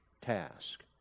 task